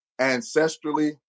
ancestrally